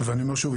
אני אומר שוב,